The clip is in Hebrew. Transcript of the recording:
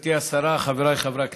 גברתי השרה, חבריי חברי הכנסת,